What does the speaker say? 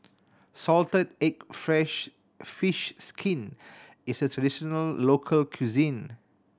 salted egg fresh fish skin is a traditional local cuisine